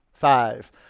Five